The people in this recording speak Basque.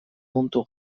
puntu